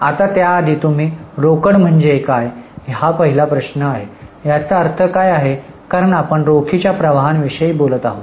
आता त्याआधी तुम्ही रोकड म्हणजे काय हा पहिला प्रश्न आहे याचा अर्थ काय आहे कारण आपण रोखीच्या प्रवाहाविषयी बोलत आहोत